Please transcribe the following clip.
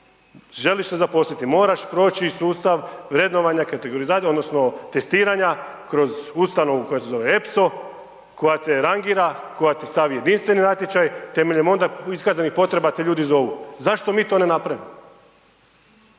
želiš se zaposliti, moraš proći sustav vrednovanja, kategorizacije odnosno testiranja kroz ustanovu koja se zove Epso, koja te rangira, koja ti stavi jedinstveni natječaj, temeljem onda iskazanih potreba te ljudi zovu. Zašto mi to ne napravimo?